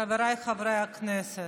חבריי חברי הכנסת,